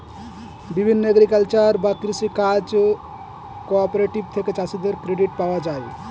বিভিন্ন এগ্রিকালচারাল বা কৃষি কাজ কোঅপারেটিভ থেকে চাষীদের ক্রেডিট পাওয়া যায়